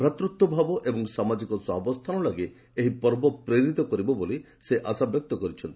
ଭ୍ରାତୃତ୍ୱ ଭାବ ଏବଂ ସାମାଜିକ ସହାବସ୍ଥାନ ଲାଗି ଏହି ପର୍ବ ପ୍ରେରିତ କରିବ ବୋଲି ସେ ଆଶା ବ୍ୟକ୍ତ କରିଛନ୍ତି